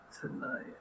tonight